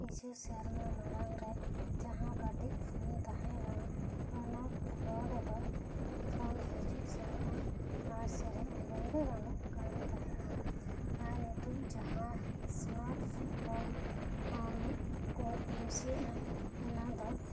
ᱠᱤᱪᱷᱩ ᱥᱮᱨᱢᱟ ᱢᱟᱲᱟᱝ ᱨᱮ ᱡᱟᱦᱟᱸ ᱠᱟᱹᱴᱤᱡ ᱯᱷᱳᱱ ᱛᱟᱦᱮᱸ ᱠᱟᱱᱟ ᱚᱱᱟ ᱯᱷᱳᱱ ᱨᱮᱫᱚ ᱯᱷᱳᱱ ᱦᱤᱡᱩᱜ ᱥᱮᱱᱚᱜ ᱟᱨ ᱥᱮᱨᱮᱧ ᱟᱸᱡᱚᱢ ᱜᱮ ᱜᱟᱱᱚᱜ ᱠᱟᱱ ᱛᱟᱦᱮᱱᱟ ᱟᱨ ᱱᱤᱛᱚᱜ ᱡᱟᱦᱟᱸ ᱥᱢᱨᱟᱴ ᱯᱷᱳᱱ ᱠᱚ ᱤᱭᱩᱡᱽ ᱮᱫᱟ ᱚᱱᱟ ᱫᱚ